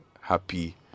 happy